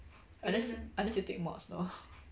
unless you unless you take mods lor